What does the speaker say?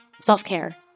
Self-care